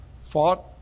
fought